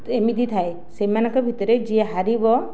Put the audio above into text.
ଏମିତି ଥାଏ ସେମାନଙ୍କ ଭିତରେ ଯିଏ ହାରିବ